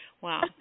wow